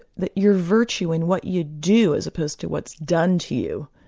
that your virtue and what you do as opposed to what's done to you,